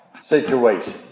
situation